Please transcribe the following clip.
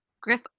Griff